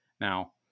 Now